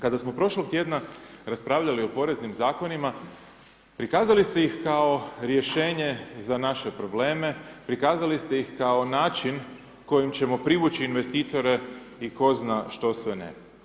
Kada smo prošlog tjedna raspravljali o poreznim Zakonima, prikazali ste ih kao rješenje za naše probleme, prikazali ste ih kao način kojim ćemo privući investitore i 'ko zna što sve ne.